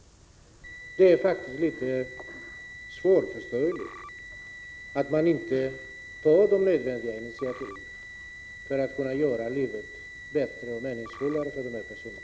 Det är faktiskt litet svårförståeligt att regeringen inte tar nödvändiga initiativ för att göra livet bättre och meningsfullare för dessa människor.